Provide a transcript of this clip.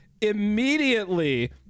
immediately